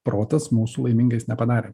protas mūsų laimingais nepadarė